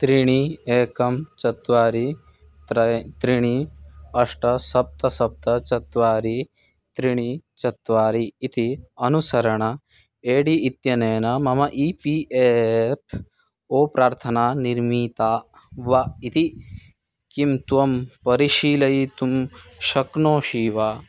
त्रीणि एकं चत्वारि त्रय त्रीणि अष्ट सप्त सप्त चत्वारि त्रिणि चत्वारि इति अनुसरण ए डी इत्यनेन मम ई पी एफ़् ओ प्रार्थना निर्मिता वा इति किं त्वं परिशीलयितुं शक्नोषि वा